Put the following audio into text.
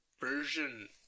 version